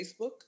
Facebook